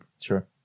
Sure